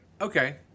okay